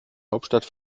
hauptstadt